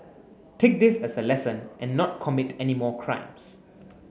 take this as a lesson and not commit any more crimes